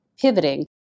pivoting